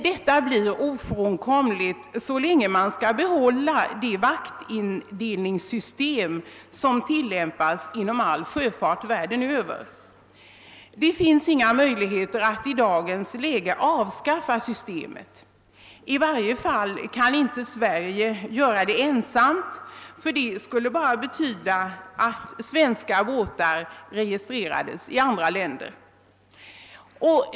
Detta blir emellertid ofrånkomligt, så länge man behåller det vaktindelningssystem, som tillämpas inom all sjöfart världen över. Det finns inga möjligheter att i dagens läge avskaffa systemet. I varje fall kan inte Sverige göra det ensamt, ty det skulle bara medföra att svenska bätar registrerades i andra länder.